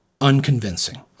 unconvincing